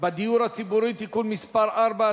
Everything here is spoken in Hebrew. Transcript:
בדיור הציבורי (תיקון מס' 4),